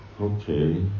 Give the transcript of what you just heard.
Okay